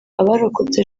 abarokotse